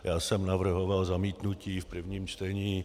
Já jsem navrhoval zamítnutí v prvním čtení.